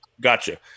Gotcha